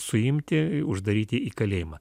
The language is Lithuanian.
suimti uždaryti į kalėjimą